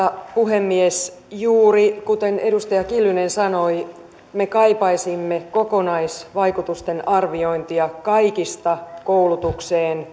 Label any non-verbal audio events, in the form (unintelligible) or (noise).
puhemies juuri kuten edustaja kiljunen sanoi me kaipaisimme kokonaisvaikutusten arviointia kaikista koulutukseen (unintelligible)